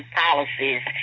policies